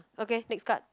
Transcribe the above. okay next card